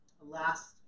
last